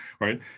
Right